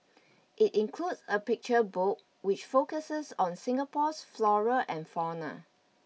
it includes a picture book which focuses on Singapore's flora and fauna